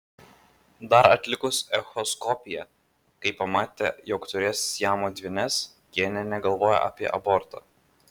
dar atlikus echoskopiją kai pamatė jog turės siamo dvynes jie nė negalvojo apie abortą